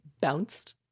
bounced